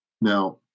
Now